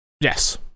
yes